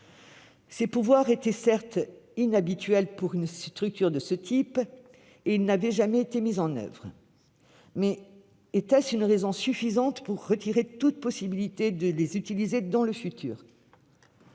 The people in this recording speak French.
Ces pouvoirs étaient, certes, inhabituels pour une structure de ce type, et ils n'avaient jamais été mis en oeuvre. Mais était-ce une raison suffisante pour lui retirer toute possibilité de les utiliser dans le futur ?